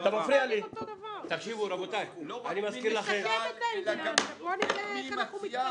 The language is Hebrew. רבותיי, אני מזכיר